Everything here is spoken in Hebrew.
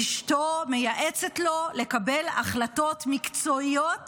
אשתו מייעצת לו לקבל החלטות מקצועיות